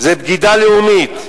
זה בגידה לאומית,